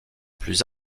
plus